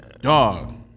Dog